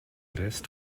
rest